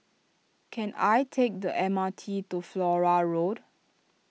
can I take the M R T to Flora Road